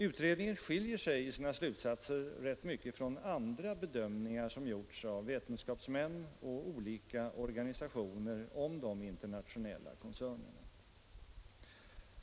Utredningen skiljer sig i sina slutsatser rätt mycket från andra bedömningar som vetenskapsmän och olika organisationer gjort av de internationella koncernerna.